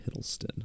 Hiddleston